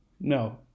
No